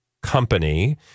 company